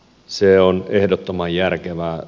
se on ehdottoman järkevää